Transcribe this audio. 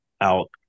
out